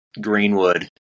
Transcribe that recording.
Greenwood